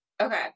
Okay